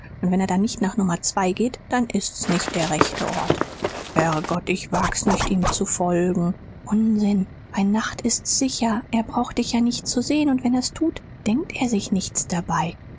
und wenn er dann nicht nach nummer zwei geht dann ist's nicht der rechte ort herr gott ich wag's nicht ihm zu folgen unsinn bei nacht ist's sicher er braucht dich ja nicht zu sehen und wenn er's tut denkt er sich nichts dabei